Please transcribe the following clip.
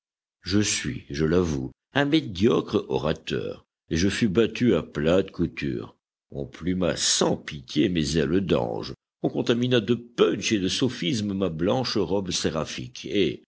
je suis je l'avoue un médiocre orateur et je fus battu à plate couture on pluma sans pitié mes ailes d'ange on contamina de punch et de sophismes ma blanche robe séraphique et